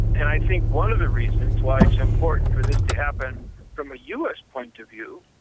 and i think one of the reasons why it's important for this to happen from a us point of view,